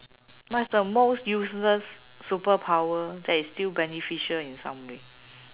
what is the most useless superpower that is still beneficial in some way